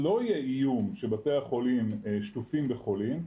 לא יהיו איום שבתי החולים שטופים בחולים,